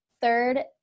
Third